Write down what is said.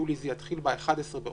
ביולי זה יתחיל ב-11 באוגוסט